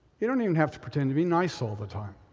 you don't even have to pretend to be nice all the time.